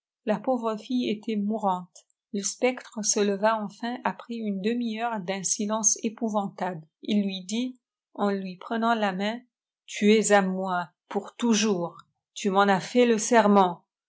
la pauvre fille eiâit lûôuwinte lé èjèdt e èé leva eiifiri après uïié dëitii heure d utt silence èpouvatiteblé et lui âii éti ïol pfëttânt là main tu es â moi pour toujours lu m'en as fait le serment